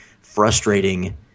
frustrating